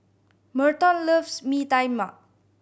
Merton loves Mee Tai Mak